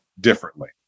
differently